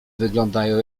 wyglądają